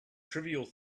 trivial